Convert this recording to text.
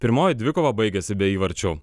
pirmoji dvikova baigėsi be įvarčių